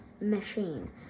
machine